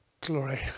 glory